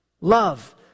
Love